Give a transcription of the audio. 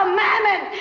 mammon